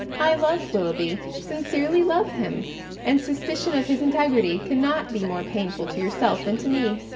i love willoughby, sincerely love him and suspicion of his integrity cannot be more painful to yourself than to me.